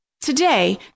Today